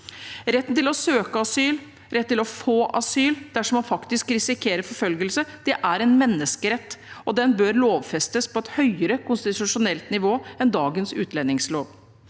Retten til å søke asyl, retten til å få asyl dersom man faktisk risikerer forfølgelse, er en menneskerett, og den bør lovfestes på et høyere konstitusjonelt nivå enn dagens utlendingslov.